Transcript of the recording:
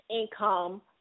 income